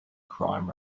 crime